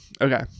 Okay